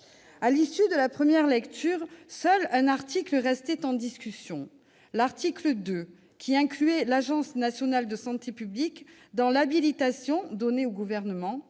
À l'issue de la première lecture, seul un article restait en discussion : l'article 2, qui incluait l'Agence nationale de santé publique dans le champ de l'habilitation donnée au Gouvernement